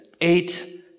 eight